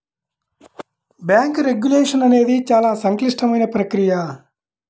bank regulation అనేది చాలా సంక్లిష్టమైన ప్రక్రియ